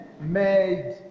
made